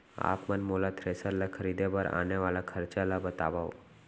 आप मन मोला थ्रेसर ल खरीदे बर आने वाला खरचा ल बतावव?